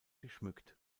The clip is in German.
geschmückt